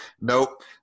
nope